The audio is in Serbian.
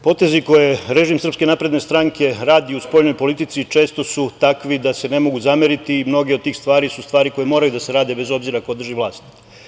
Potezi koje režim SNS radi u spoljnoj politici često su takvi da se ne mogu zameriti i mnoge od tih stvari su stvari koje moraju da se rade, bez obzira ko drži vlast.